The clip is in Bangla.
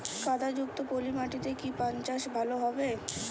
কাদা যুক্ত পলি মাটিতে কি পান চাষ ভালো হবে?